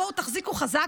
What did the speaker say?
בואו תחזיקו חזק,